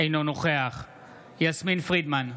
אינו נוכח יסמין פרידמן,